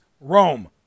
Rome